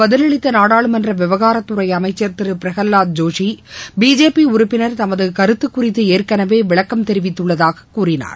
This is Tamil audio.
பதிலளித்த இதற்கு நாடாளுமன்ற விவகாரத்துறை அமைச்சர் திரு பிரகலாத் ஜோஷி பிஜேபி உறுப்பினர் தமது கருத்து குறித்து ஏற்கனவே விளக்கம் தெரிவித்துள்ளதாக கூறினார்